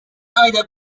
either